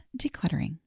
decluttering